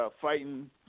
fighting